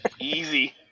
Easy